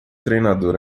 treinador